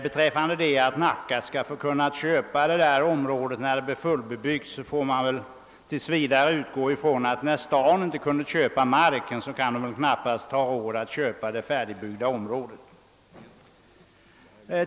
Beträffande löftet att Nacka skulle få köpa detta område när det blir fullbebyggt, får man väl utgå ifrån att när staden inte kunde köpa marken, så kan den väl knappast ha råd att köpa det färdiga området.